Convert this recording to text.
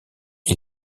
est